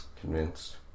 convinced